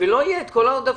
ולא יהיו כל העודפים.